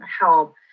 help